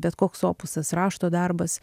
bet koks opusas rašto darbas